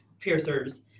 piercers